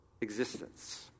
existence